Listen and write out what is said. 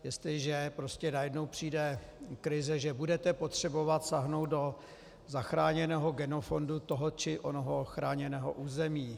Jestliže najednou přijde krize, že budete potřebovat sáhnout do zachráněného genofondu toho či onoho chráněného území.